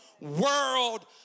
world